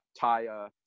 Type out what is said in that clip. tie